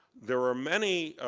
there are many